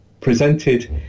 presented